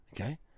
okay